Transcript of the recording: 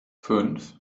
fünf